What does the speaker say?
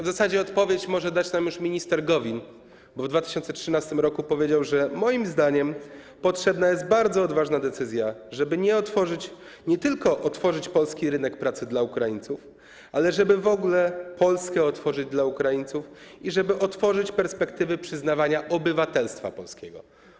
W zasadzie odpowiedź może dać nam już minister Gowin, który w 2013 r. powiedział: Moim zdaniem potrzebna jest bardzo odważna decyzja, żeby nie tylko otworzyć polski rynek pracy dla Ukraińców, ale żeby w ogóle Polskę otworzyć dla Ukraińców i żeby otworzyć perspektywy przyznawania obywatelstwa polskiego.